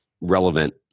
relevant